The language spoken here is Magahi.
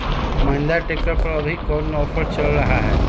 महिंद्रा ट्रैक्टर पर अभी कोन ऑफर चल रहा है?